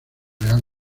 real